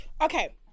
okay